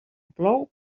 plou